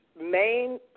main